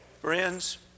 Friends